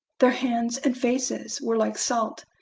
their hands and faces were like salt.